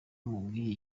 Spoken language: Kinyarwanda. umubwiye